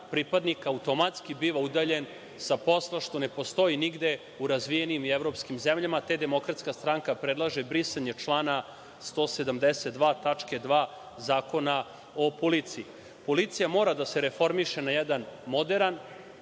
pripadnik automatski biva udaljen sa posla, što ne postoji nigde u razvijenim evropskim zemljama. Demokratska stranka predlaže brisanje člana 172. tačke 2) Zakona o policiji. Policija mora da se reformiše na jedan moderan,